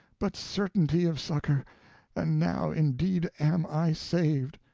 but certainty of succor and now, indeed, am i saved!